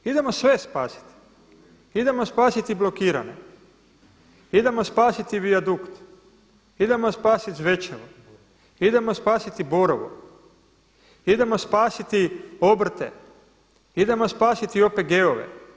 Idemo sve spasiti, idemo spasiti blokirane, idemo spasiti Viadukt, idemo spasiti Zvečevo, idemo spasiti Borovo, idemo spasiti obrte, idemo spasiti OPG-ove.